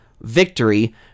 victory